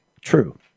True